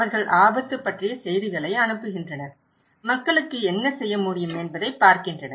அவர்கள் ஆபத்து பற்றிய செய்திகளை அனுப்புகின்றனர் மக்களுக்கு என்ன செய்ய முடியும் என்பதை பார்க்கின்றனர்